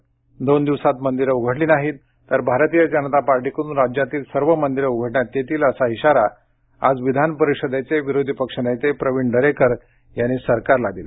दोन दिवसात मंदिरं उघडली नाही तर भारतीय जनता पक्षाकडून राज्यातील सर्व मंदिरे उघडण्यात येतील असा इशारा आज विधान परिषदेचे विरोधी पक्षनेते प्रवीण दरेकर यांनी सरकारला दिला